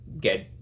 get